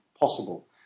possible